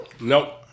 Nope